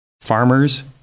farmers